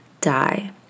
die